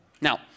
Now